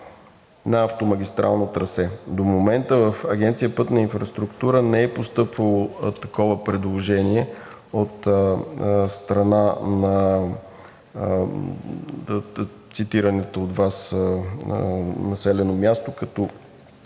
на автомагистрално трасе. До момента в Агенция „Пътна инфраструктура“ не е постъпвало такова предложение от страна на цитираното от Вас населено място, като